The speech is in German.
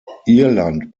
irland